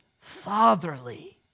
fatherly